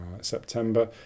September